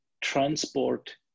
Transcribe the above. transport